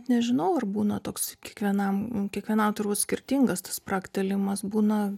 nežinau ar būna toks kiekvienam kiekvieno autoriaus skirtingas tas spragtelėjimas būna